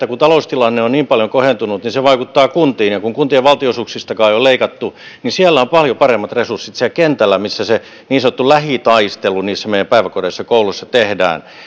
kun taloustilanne on niin paljon kohentunut se vaikuttaa kuntiin ja kun kuntien valtionosuuksistakaan ei ole leikattu niin on paljon paremmat resurssit siellä kentällä missä se niin sanottu lähitaistelu niissä meidän päiväkodeissa ja kouluissa tehdään